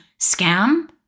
scam